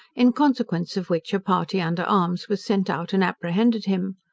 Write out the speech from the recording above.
in consequence of which a party under arms was sent out and apprehended him.